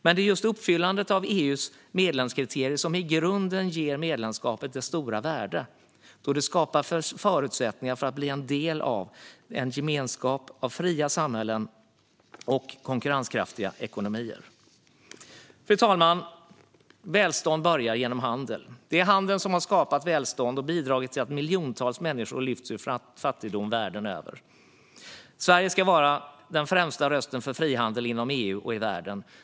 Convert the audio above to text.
Men det är just uppfyllandet av EU:s medlemskriterier som i grunden ger medlemskapet dess stora värde eftersom det skapar förutsättningar för att bli en del av en gemenskap av fria samhällen och konkurrenskraftiga ekonomier. Fru talman! Välstånd börjar genom handel. Det är handeln som har skapat välstånd och bidragit till att miljontals människor lyfts ur fattigdom världen över. Sverige ska vara den främsta rösten för frihandel inom EU och i världen.